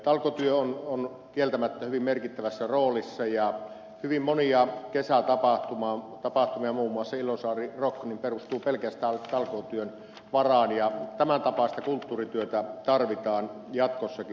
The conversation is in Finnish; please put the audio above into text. talkootyö on kieltämättä hyvin merkittävässä roolissa ja hyvin monet kesätapahtumat muun muassa ilosaarirock perustuvat pelkästään talkootyön varaan ja tämäntapaista kulttuurityötä tarvitaan jatkossakin